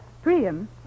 Priam